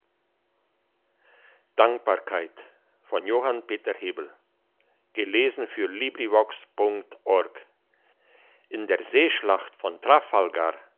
in der seeschlacht von trafalgar